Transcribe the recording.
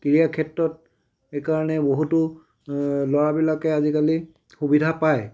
ক্ৰীড়া ক্ষেত্ৰত এইকাৰণে বহুতো ল'ৰাবিলাকে আজিকালি সুবিধা পায়